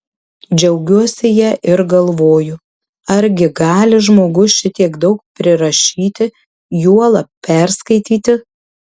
džiaugiuosi ja ir galvoju argi gali žmogus šitiek daug prirašyti juolab perskaityti